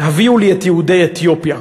"הביאו לי את יהודי אתיופיה",